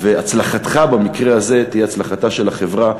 והצלחתך במקרה הזה תהיה הצלחתה של החברה,